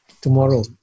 tomorrow